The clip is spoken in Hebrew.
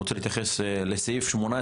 סעיף 18,